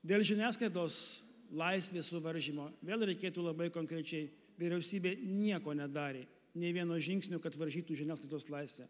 dėl žiniasklaidos laisvės suvaržymo vėl reikėtų labai konkrečiai vyriausybė nieko nedarė nei vieno žingsnio kad varžytų žiniasklaidos laisvę